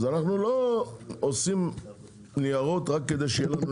אנחנו לא יוצרים ניירות רק כדי שיהיה לנו